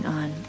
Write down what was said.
on